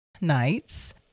nights